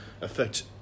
affect